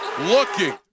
looking